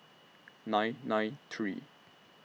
nine nine three